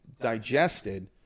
digested